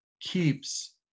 keeps